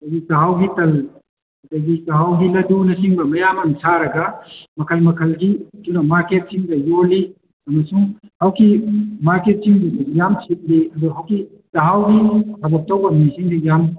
ꯑꯗꯩ ꯆꯥꯛꯍꯥꯎꯒꯤ ꯇꯥꯟ ꯑꯗꯒꯤ ꯆꯥꯛꯍꯥꯎꯒꯤ ꯂꯗꯨꯅꯆꯤꯡꯕ ꯃꯌꯥꯝ ꯑꯝ ꯁꯥꯔꯒ ꯃꯈꯜ ꯃꯈꯜꯒꯤ ꯀꯩꯅꯣ ꯃꯥꯔꯀꯦꯠꯁꯤꯡꯗ ꯌꯣꯜꯂꯤ ꯑꯃꯁꯨꯡ ꯍꯧꯖꯤꯛ ꯃꯥꯔꯀꯦꯇꯤꯡ ꯌꯥꯝ ꯁꯤꯠꯂꯤ ꯍꯧꯖꯤꯛ ꯆꯥꯛꯍꯥꯎꯒꯤ ꯀꯕꯣꯛꯇꯧꯕ ꯃꯤꯁꯤꯡꯗꯤ ꯌꯥꯝ